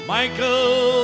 Michael